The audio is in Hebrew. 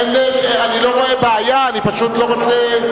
אני לא רואה בעיה, אני פשוט לא רוצה,